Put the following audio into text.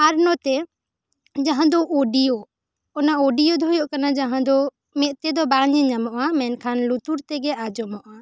ᱟᱨ ᱱᱚᱛᱮ ᱡᱟᱦᱟᱸ ᱫᱚ ᱚᱰᱤᱭᱚ ᱚᱱᱟ ᱚᱰᱤᱭᱚ ᱫᱚ ᱦᱩᱭᱩᱜ ᱠᱟᱱᱟ ᱡᱟᱦᱟ ᱫᱚ ᱢᱮ ᱛᱮᱫᱚ ᱵᱟᱝ ᱧᱮᱞ ᱧᱟᱢᱚᱜ ᱟ ᱢᱮᱱᱠᱷᱟᱱ ᱞᱩᱛᱩᱨ ᱛᱮᱜᱮ ᱟᱸᱡᱚᱢᱟ